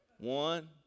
One